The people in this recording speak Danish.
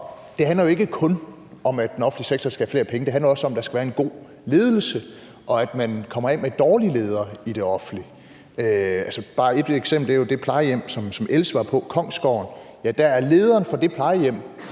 det handler jo ikke kun om, at den offentlige sektor skal have flere penge, det handler også om, at der skal være en god ledelse, og at man kommer af med dårlige ledere i det offentlige – altså, bare et eksempel på det er det plejehjem, som Else var på, Kongsgården. Ja, der er lederen for det plejehjem